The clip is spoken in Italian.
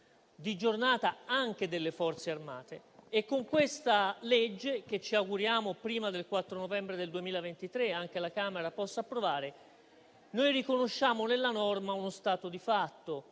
di Giornata anche delle Forze armate e con questa legge, che ci auguriamo prima del 4 novembre 2023 anche la Camera possa approvare, noi riconosciamo nella norma uno stato di fatto,